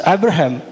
Abraham